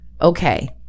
Okay